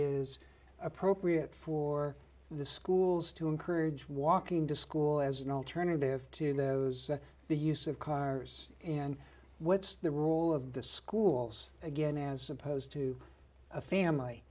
is appropriate for the schools to encourage walking to school as an alternative to the use of car and what's the role of the schools again as opposed to a family